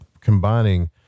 combining